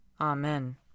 Amen